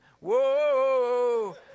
Whoa